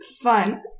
Fun